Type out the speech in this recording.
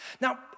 Now